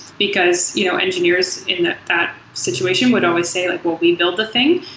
because you know engineers in ah that situation would always say like, well, we build the thing,